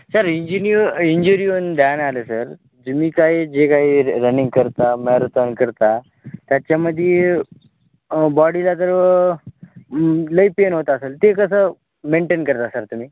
sir इंजिनी injury येऊन द्यान आले सर जर मी काही जे काही र रनिंग करता मॅरथॉन करता त्याच्यामध्ये बॉडीला जर लई पेन होत असेल ते कसं मेंटेन करता सर तुम्ही